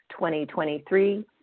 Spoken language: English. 2023